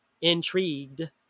intrigued